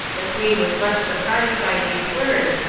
the queen was much surprised by these words,